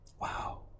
Wow